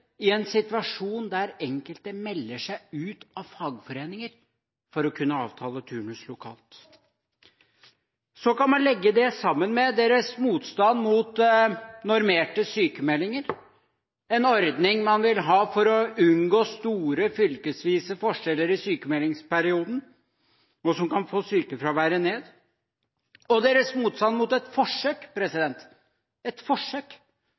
i en situasjon der enkelte melder seg ut av fagforeninger for å kunne avtale turnus lokalt. Så kan man legge det sammen med deres motstand mot normerte sykmeldinger – en ordning man vil ha for å unngå store fylkesvise forskjeller i sykmeldingsperioden, og som kan få sykefraværet ned – og deres motstand mot et forsøk